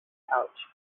pouch